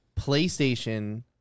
PlayStation